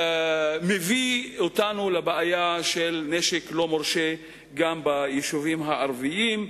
מביא אותנו לבעיה של נשק לא מורשה גם ביישובים הערביים,